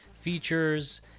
features